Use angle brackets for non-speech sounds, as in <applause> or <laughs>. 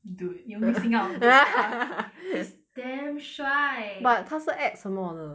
dude you missing out on good stuff <laughs> he's damn 帅 but 他是 act 什么的